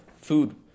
food